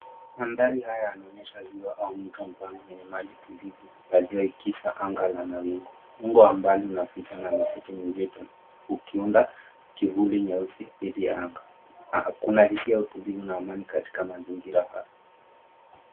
Mandhari haya yanaonyesha ziwa au mto mpana wenye maji tulivu na jua ikiza anga ina mawingu. Wingu ambayo ina mchanga mzito mzito ukiunda kivuli nyeusi dhidi ya anga. Kuna hisia ya utulivu na ama ni katika mazingira haya.